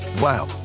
Wow